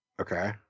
Okay